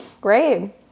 Great